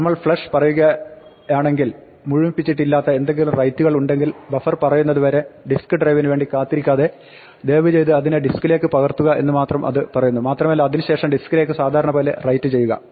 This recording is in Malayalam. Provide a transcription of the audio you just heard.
നമ്മൾ ഫ്ലഷ് പറയുകയാെങ്കിൽ മുഴുമിപ്പിച്ചിട്ടില്ലാത്ത ഏതെങ്കിലും റൈറ്റുകൾ ഉണ്ടെങ്കിൽ ബഫർ നിറയുന്നത് വരെ ഡിസ്ക്ക് ഡ്രൈവിന് വേണ്ടി കാത്തിരിക്കാതെ ദയവ് ചെയ്ത് അതിനെ ഡിസ്ക്കിലേക്ക് പകർത്തുക എന്ന് മാത്രം അത് പറയുന്നു മാത്രമല്ല അതിന് ശേഷം ഡിസ്ക്കിലേക്ക് സാധാരണ പോലെ റൈറ്റ് ചെയ്യുക